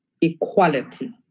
equality